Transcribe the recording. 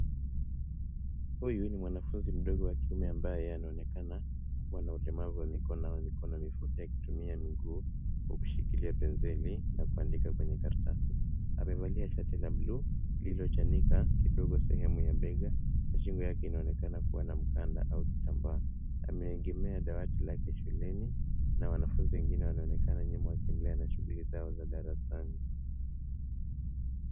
Huyu ni mwanafunzi mdogo wa kiume ambaye anaonekana kuwa na ulemavu wa mikono au mikono mifupi akitumia miguu kushikilia penseli na kuandika kwenye karatasi. Amevalia shati la buluu lililochanika kidogo sehemu ya bega na shingo yake inaonekana kuwa na mkanda au kitambaa. Ameegemea dawati lake shuleni na wanafunzi wengine wanaonekana nyuma wakiendelea na shughuli zao za darasani.